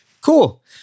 Cool